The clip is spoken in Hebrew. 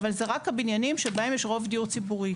אבל אלה רק הבניינים שבהם יש רוב דיור ציבורי.